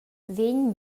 vegn